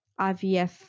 IVF